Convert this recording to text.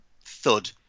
thud